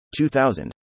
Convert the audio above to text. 2000